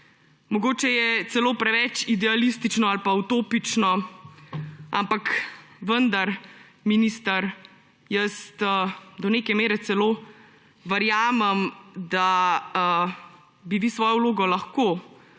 Mogoče je celo preveč idealistično ali pa utopično, ampak vendar, minister, jaz do neke mere celo verjamem, da bi vi svojo vlogo lahko